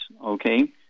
okay